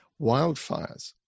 wildfires